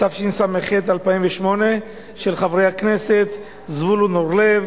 התשס"ח 2008, של חברי הכנסת זבולון אורלב